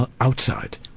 outside